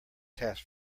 task